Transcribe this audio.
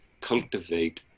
cultivate